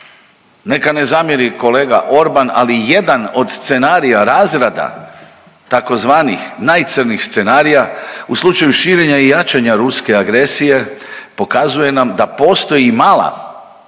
Neka ne zamjeri kolega Orban, ali jedan od scenarija razrada tzv. najcrnjih scenarija u slučaju širena i jačanja ruske agresije pokazuje nam da postoji i mala,